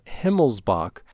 Himmelsbach